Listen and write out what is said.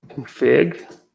config